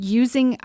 using